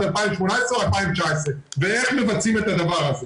2018 או 2019 ואיך מבצעים את הדבר הזה.